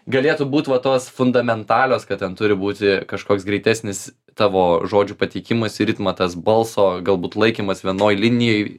galėtų būt va tos fundamentalios kad ten turi būti kažkoks greitesnis tavo žodžių pateikimas į ritmą tas balso galbūt laikymas vienoj linijoj